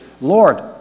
Lord